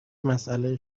مسئله